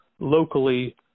locally